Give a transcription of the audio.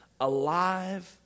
alive